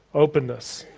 openness,